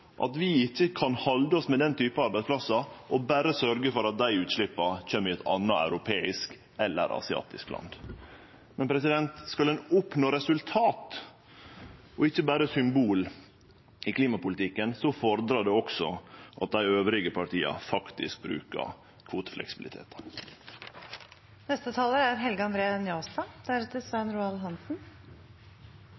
at vi ikkje kan halde oss med den typen arbeidsplassar og berre sørgje for at dei utsleppa kjem i eit anna europeisk eller eit asiatisk land. Skal ein oppnå resultat, og ikkje berre symbol i klimapolitikken, fordrar det også at dei andre partia faktisk